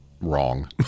wrong